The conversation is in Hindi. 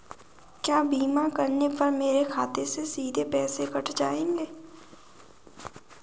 क्या बीमा करने पर मेरे खाते से सीधे पैसे कट जाएंगे?